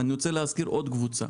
ואני רוצה להזכיר עוד קבוצה